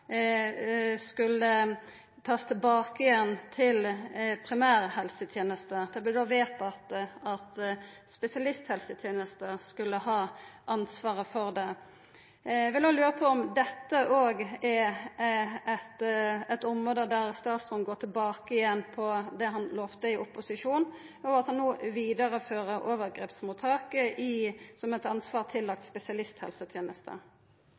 skulle takast tilbake igjen til primærhelsetenesta. Det vart då vedtatt at spesialisthelsetenesta skulle ha ansvaret for det. Eg lurer på om dette òg er eit område der statsråden går tilbake på det han lovde i opposisjon, og om han no vidarefører overgrepsmottak som eit ansvar